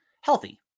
Healthy